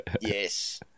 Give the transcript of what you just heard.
yes